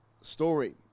story